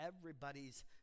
everybody's